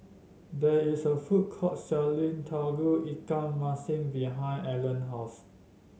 there is a food court selling Tauge Ikan Masin behind Allena house